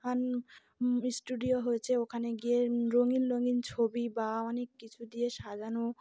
studio হয়েছে ওখানে গিয়ে রঙিন রঙিন ছবি বা অনেক কিছু দিয়ে সাজানো